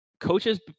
coaches